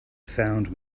found